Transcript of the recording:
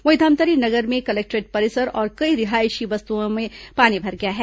वहीं धमतरी नगर में कलेक्टोरेट परिसर और कई रिहायशी बस्तियों में पानी भर गया है